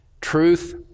Truth